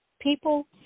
people